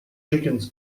chickens